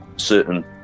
Certain